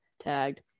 tagged